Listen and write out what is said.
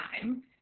time